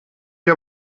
ihr